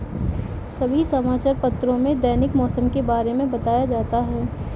सभी समाचार पत्रों में दैनिक मौसम के बारे में बताया जाता है